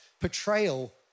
portrayal